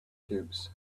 cubes